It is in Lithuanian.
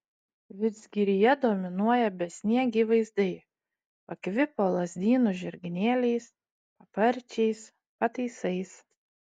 vidzgiryje dominuoja besniegiai vaizdai pakvipo lazdynų žirginėliais paparčiais pataisais